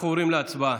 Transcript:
אנחנו עוברים להצבעה.